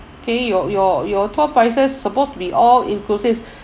okay your your your tour prices supposed to be all inclusive